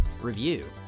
Review